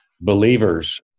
believers